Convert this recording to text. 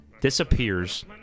disappears